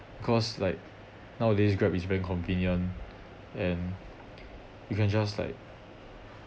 cause like nowadays grab is very convenient and you can just like